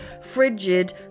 frigid